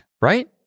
Right